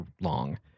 long